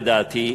לדעתי,